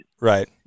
Right